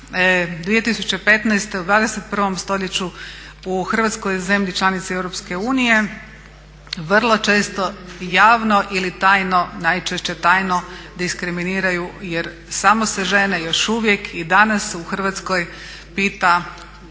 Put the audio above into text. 2015. u 21. stoljeću u Hrvatskoj, zemlji članici EU, vrlo često javno ili tajno, najčešće tajno, diskriminiraju jer samo se žene još uvijek i danas u Hrvatskoj pita